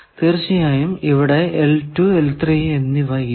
തീർച്ചയായും ഇവിടെ L എന്നിവ ഇല്ല